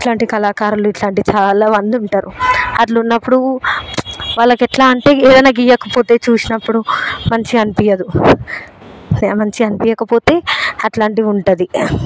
ఇట్లాంటి కళాకారులు ఇట్లాంటి చాలా మంది ఉంటారు అట్లున్నప్పుడు వాళ్ళకి ఇంక ఎట్లా అంటే ఏదైనా గీయకపోతే చూసినప్పుడు మంచిగా అనిపించదు మంచిగా అనిపించకపోతే అట్లాంటివి ఉంటుంది